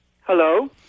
Hello